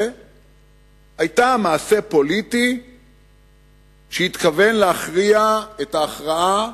היה מעשה פוליטי שהתכוון להכריע את ההכרעה,